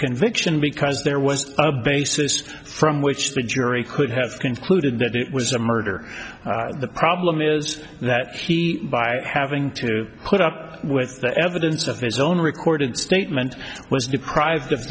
conviction because there was a basis from which the jury could have concluded that it was a murder the problem is that he by having to put up with the evidence of his own recorded statement was deprived